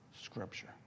scripture